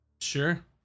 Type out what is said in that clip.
Sure